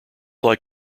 like